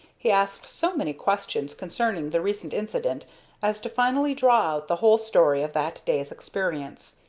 he asked so many questions concerning the recent incident as to finally draw out the whole story of that day's experience.